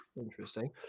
interesting